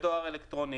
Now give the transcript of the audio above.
בדואר אלקטרוני,